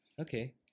Okay